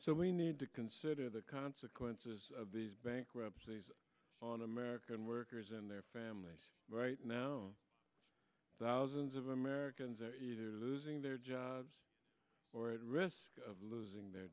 so we need to consider the consequences of these bankruptcies on american workers and their families right now thousands of americans are losing their jobs or at risk of losing their